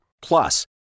Plus